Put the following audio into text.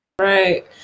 Right